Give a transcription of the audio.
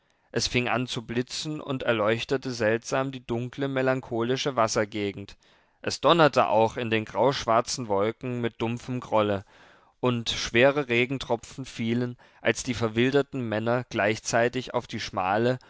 es fing an zu blitzen und erleuchtete seltsam die dunkle melancholische wassergegend es donnerte auch in den grauschwarzen wolken mit dumpfem grolle und schwere regentropfen fielen als die verwilderten männer gleichzeitig auf die schmale